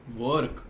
work